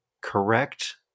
correct